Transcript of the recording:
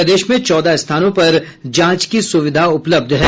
प्रदेश में चौदह स्थानों पर जांच की सुविधा उपलब्ध है